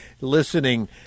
listening